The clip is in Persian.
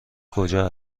کجا